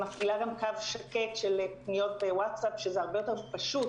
מפעילה גם קו שקט של פניות בווטסאפ שזה הרבה יותר פשוט